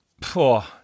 poor